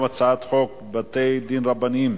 אם כך, אני קובע שהצעת חוק בתי-דין רבניים